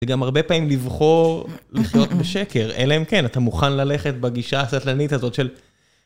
זה גם הרבה פעמים לבחור לחיות בשקר, אלא אם כן, אתה מוכן ללכת בגישה הסטלנית הזאת של...